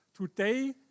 Today